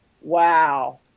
wow